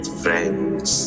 friends